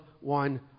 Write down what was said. one